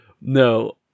No